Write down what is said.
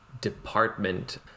department